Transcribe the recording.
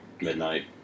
midnight